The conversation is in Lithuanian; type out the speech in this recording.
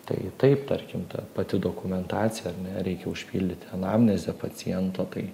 tai taip tarkim ta pati dokumentacija ar ne reikia užpildyti anamnezę paciento tai